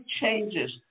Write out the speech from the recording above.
changes